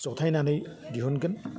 जथायनानै दिहुनगोन